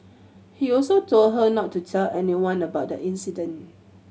he also told her not to tell anyone about the incident